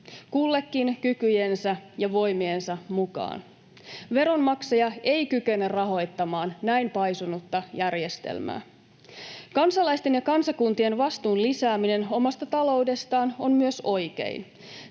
kullekin kykyjensä ja voimiensa mukaan. Veronmaksaja ei kykene rahoittamaan näin paisunutta järjestelmää. Kansalaisten ja kansakuntien vastuun lisääminen omasta taloudestaan on myös oikein.